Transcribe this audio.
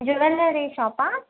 jewellery షాపా